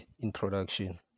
introduction